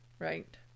Right